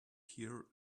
here